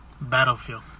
Battlefield